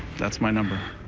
that's my number.